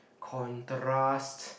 contrast